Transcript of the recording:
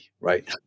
right